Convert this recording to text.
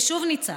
ושוב ניצחנו.